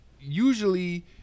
usually